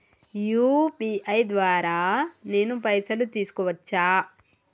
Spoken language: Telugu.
యూ.పీ.ఐ ద్వారా నేను పైసలు తీసుకోవచ్చా?